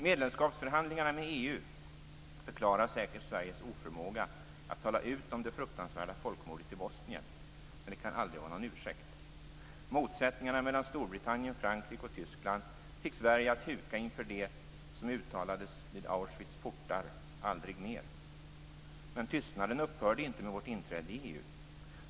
Medlemskapsförhandlingarna med EU förklarar säkert Sveriges oförmåga att tala ut om det fruktansvärda folkmordet i Bosnien, men det kan aldrig vara någon ursäkt. Motsättningarna mellan Storbritannien, Frankrike och Tyskland fick Sverige att huka inför det som uttalades vid Auschwitz portar: Aldrig mer! Men tystnaden upphörde inte med vårt inträde i EU.